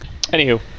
anywho